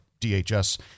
DHS